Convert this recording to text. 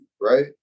right